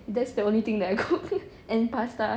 that's the only thing that I cook and pasta